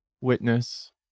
witness